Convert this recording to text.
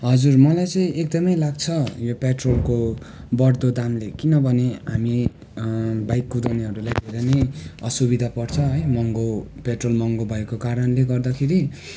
हजुर मलाई चाहिँ एकदमै लाग्छ यो पेट्रोलको बढ्दो दामले किनभने हामी बाइक कुदाउनेहरूलाई धेरै नै असुविधा पर्छ है महँगो पेट्रोल महँगो भएको कारणले गर्दाखेरि